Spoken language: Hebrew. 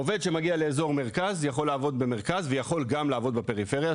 עובד שמגיע לאזור מרכז יכול לעבוד במרכז ויכול לעבוד גם בפריפריה,